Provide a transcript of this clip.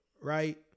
right